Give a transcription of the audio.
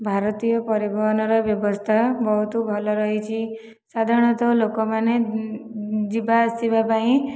ଭାରତୀୟ ପରିବହନର ବ୍ୟବସ୍ଥା ବହୁତ ଭଲ ରହିଛି ସାଧାରଣତଃ ଲୋକମାନେ ଯିବା ଆସିବା ପାଇଁ